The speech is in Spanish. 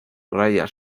rayas